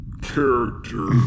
character